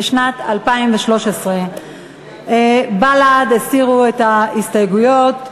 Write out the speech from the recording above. לשנת 2013. בל"ד הסירו את ההסתייגויות.